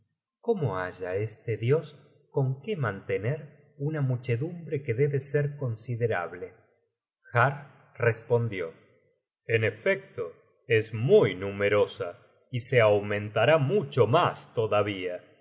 cómo halla este dios con qué mantener una muchedumbre que debe ser considerable har respondió en efecto es muy numerosa y se aumentará mucho mas todavía